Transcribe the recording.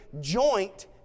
joint